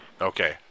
Okay